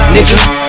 Nigga